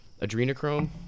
adrenochrome